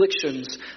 afflictions